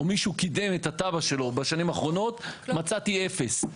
או מישהו קידם את התב"ע שלו בשנים האחרונות מצאתי אפס.